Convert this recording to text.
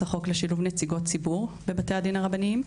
החוק לשילוב נציגות ציבור בבתי הדין הרבניים,